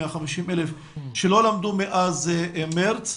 150,000 שלא למדו מאז מארס.